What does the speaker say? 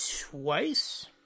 twice